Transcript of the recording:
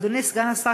אדוני סגן השר,